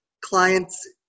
clients